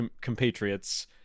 compatriots